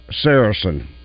Saracen